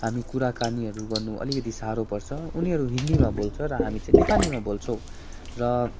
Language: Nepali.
हामी कुराकानीहरू गर्नु अलिकति सारो पर्छ उनीहरू हिन्दीमा बोल्छ र हामी चाहिँ नेपालीमा बोल्छौँ र